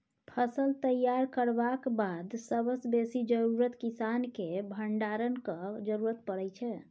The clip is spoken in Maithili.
फसल तैयार करबाक बाद सबसँ बेसी जरुरत किसानकेँ भंडारणक जरुरत परै छै